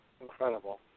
Incredible